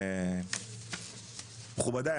מכובדיי,